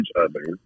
others